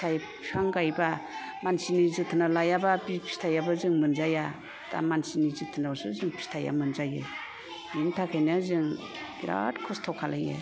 फिथाय बिफां गायबा मानसिनि जोथोना लायाबा बे फिथाइयाबो जों मोनजाया दा मानसिनि जोथोनावसो जों फिथाइया मोनजायो बिनि थाखायनो जों बिराद खस्थ' खालायो